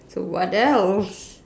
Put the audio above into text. so what else